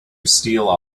steal